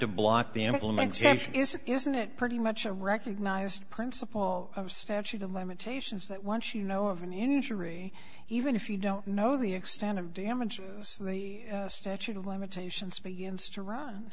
to block the implementation is it isn't it pretty much a recognized principle of statute of limitations that once you know of an injury even if you don't know the extent of damage and the statute of limitations begins to run